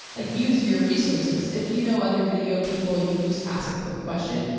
like use your resources. if you know other video people and you can just ask a quick question,